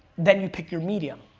then you pick your medium.